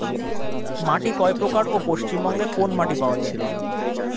মাটি কয় প্রকার ও পশ্চিমবঙ্গ কোন মাটি পাওয়া য়ায়?